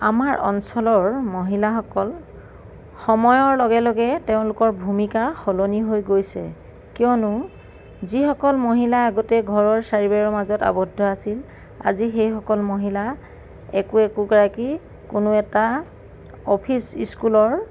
আমাৰ অঞ্চলৰ মহিলাসকল সময়ৰ লগে লগে তেওঁলোকৰ ভূমিকা সলনি হৈ গৈছে কিয়নো যিসকল মহিলা আগতে ঘৰৰ চাৰিবেৰৰ মাজত আৱদ্ধ হৈ আছিল আজি সেইসকল মহিলা একো একো গৰাকী কোনো এটা অফিচ স্কুলৰ